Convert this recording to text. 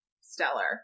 stellar